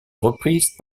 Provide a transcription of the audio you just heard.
reprises